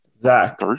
Zach